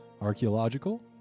archaeological